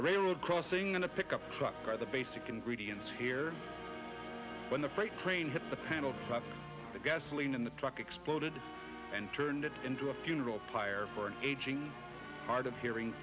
a railroad crossing and a pickup truck are the basic ingredients here when the freight train hit the panel the gasoline in the truck exploded and turned it into a funeral pyre for an aging hard of hearing